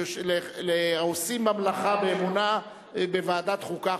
לעושים במלאכה באמונה בוועדת החוקה,